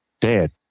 Dad